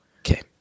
Okay